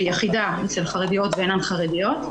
שהיא יחידה של חרדיות ואינן חרדיות.